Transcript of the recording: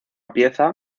pieza